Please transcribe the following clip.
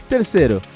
Terceiro